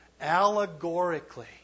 Allegorically